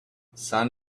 sun